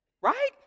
right